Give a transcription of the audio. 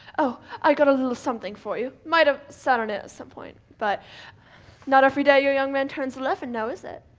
oh, i've got a little something for you. might have sat on it at some point but not every day a young man turns eleven now is it?